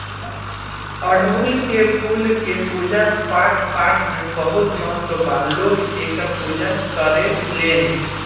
अढ़ऊल के फूल के पूजा पाठपाठ में बहुत महत्व बा लोग एकर पूजा करेलेन